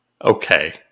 Okay